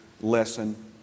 lesson